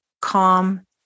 calm